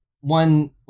one